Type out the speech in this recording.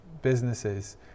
Businesses